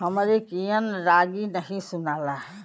हमरे कियन रागी नही सुनाला